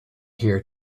here